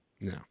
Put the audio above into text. No